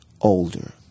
older